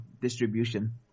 distribution